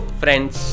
friends